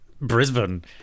Brisbane